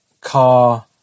car